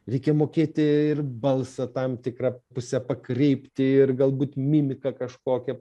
reikia mokėti ir balsą tam tikra puse pakreipti ir galbūt mimiką kažkokią